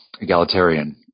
egalitarian